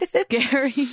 scary